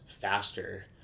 faster